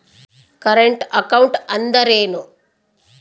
Current account ಅಂದರೇನು?